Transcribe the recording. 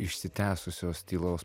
išsitęsusios tylos